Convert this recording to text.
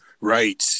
Right